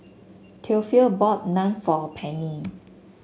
Theophile bought Naan for Penny